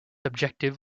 objective